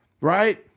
right